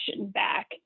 back